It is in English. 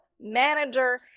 manager